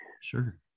Sure